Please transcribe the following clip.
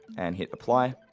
and hit apply.